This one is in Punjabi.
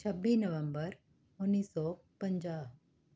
ਛੱਬੀ ਨਵੰਬਰ ਉੱਨੀ ਸੌ ਪੰਜਾਹ